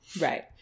Right